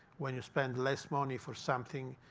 when you spend less money for something,